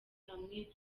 hamwe